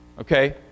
Okay